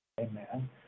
Amen